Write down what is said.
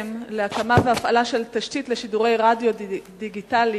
להתפרסם להקמה והפעלה של תשתית לשידורי רדיו דיגיטלי